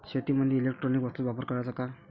शेतीमंदी इलेक्ट्रॉनिक वस्तूचा वापर कराचा का?